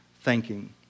thanking